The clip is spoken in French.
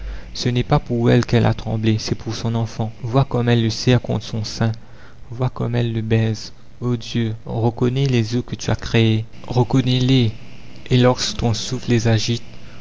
ce n'est pas pour elle qu'elle a tremblé c'est pour son enfant vois comme elle le serre contre son sein vois comme elle le baise o dieu reconnais les eaux que tu as créées reconnais les et lorsque ton souffle les agite